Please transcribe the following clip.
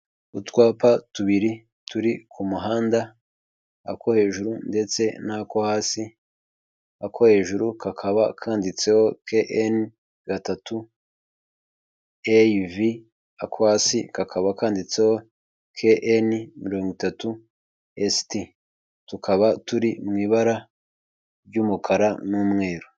Utwapa tubiri turi ku muhanda ako hejuru ndetse n'ako hasi, ako hejuru kakaba kanditseho KN gatatu AV ako hasi kakaba kanditseho KN mirongo itatu ST, tukaba turi mu ibara ry'umukara n'umweru.